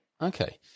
okay